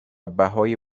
بهای